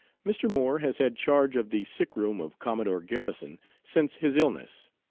mr. moore has had charge of the sick room of commodore garrison since his illness.